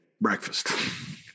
breakfast